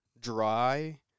dry